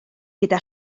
gyda